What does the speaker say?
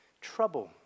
trouble